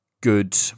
good